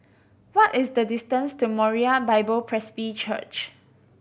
what is the distance to Moriah Bible Presby Church